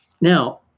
Now